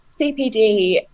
cpd